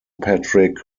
patrick